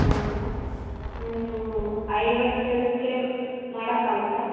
ಹೌದಾ ಒಂದು ಐವತ್ತು ಜನಕ್ಕೆ ಮಾಡಕಾಗುತ್ತ